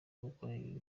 gukora